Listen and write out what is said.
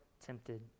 tempted